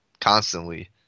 constantly